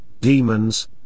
demons